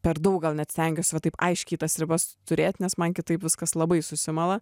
per daug gal net stengiuosi va taip aiškiai tas ribas turėti nes man kitaip viskas labai susimala